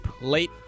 late